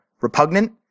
repugnant